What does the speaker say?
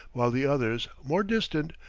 while the others, more distant,